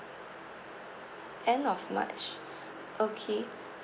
end of march okay